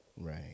Right